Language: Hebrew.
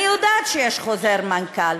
אני יודעת שיש חוזר מנכ"ל,